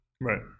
right